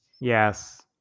Yes